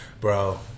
Bro